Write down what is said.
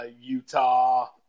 Utah